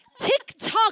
TikTok